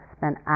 spent